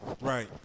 Right